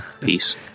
Peace